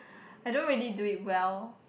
I don't really do it well